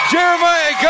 Jeremiah